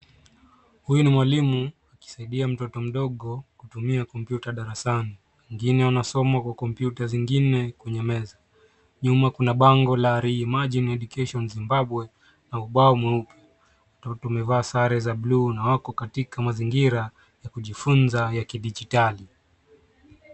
Huyu ni mwalimu akisaidia mtoto mdogo kutumia kompyuta darasani. Wengine wanasoma kwa kompyuta zingine kwenye meza. Nyuma kuna bango la Re-Imagine Education Zimbabwe na ubao mweupe. Watoto wamevaa sare za bluu na wako katika mazingira ya kujifunza ya kidijitali.